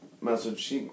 message